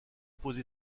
posé